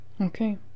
Okay